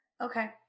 Okay